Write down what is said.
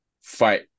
fight